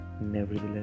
nevertheless